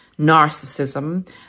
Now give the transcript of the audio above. narcissism